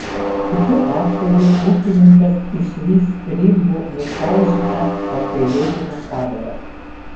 kitu atveju ūkininkas išvys rimbu nučaižytą apgailėtiną padarą